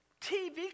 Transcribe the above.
TV